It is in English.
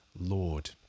Lord